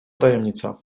tajemnica